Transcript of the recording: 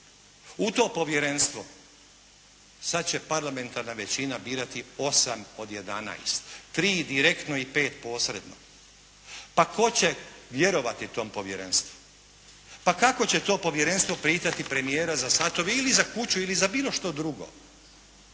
U to povjerenstvo sad će parlamentarna većina birati 8 od 11, 3 direktno i 5 posredno. Pa tko će vjerovati tom povjerenstvu? Pa kako će to povjerenstvo pitati premijera za satove ili za kuću ili za bilo što drugo,